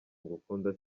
ngukunda